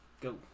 Go